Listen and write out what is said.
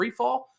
freefall